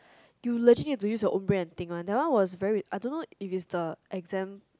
you legit need your own brain and think one that one was very I don't know if it's the exam